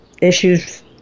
Issues